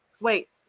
Wait